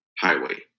highway